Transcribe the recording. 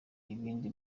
ibindi